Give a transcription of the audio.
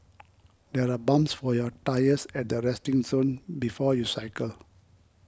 there are pumps for your tyres at the resting zone before you cycle